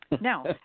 Now